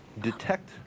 Detect